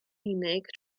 unig